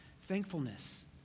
thankfulness